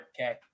Okay